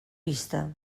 vista